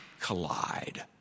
collide